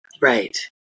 Right